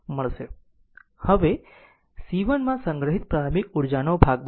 હવે c 1 માં સંગ્રહિત પ્રારંભિક ઉર્જા નો ભાગ બનાવો